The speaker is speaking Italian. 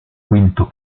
quinto